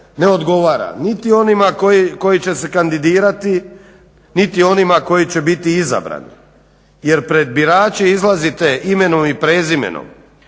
ne odgovara niti onima koji će se kandidirati, niti onima koji će biti izabrani jer pred birače izlazite imenom i prezimenom.